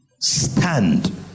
stand